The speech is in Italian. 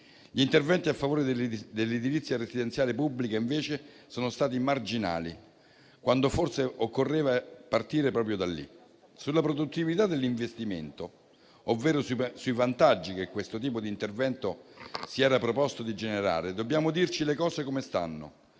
Gli interventi a favore dell'edilizia residenziale pubblica invece sono stati marginali, quando forse occorreva partire proprio da lì. Sulla produttività dell'investimento, ovvero sui vantaggi che questo tipo di intervento si era proposto di generare, dobbiamo dire le cose come stanno.